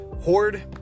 Horde